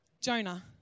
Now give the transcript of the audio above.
Jonah